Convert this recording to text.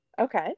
Okay